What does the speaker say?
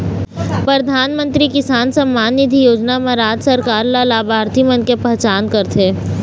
परधानमंतरी किसान सम्मान निधि योजना म राज सरकार ल लाभार्थी मन के पहचान करथे